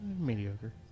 Mediocre